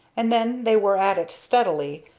and then they were at it steadily,